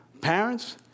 Parents